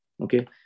Okay